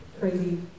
crazy